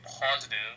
positive